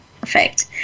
Perfect